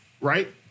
right